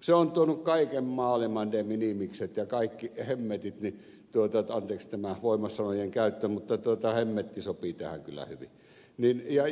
se on tuonut kaiken maailman de minimikset ja kaikki hemmetit anteeksi tämä voimasanojen käyttö mutta hemmetti sopii tähän kyllä hyvin